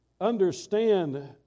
understand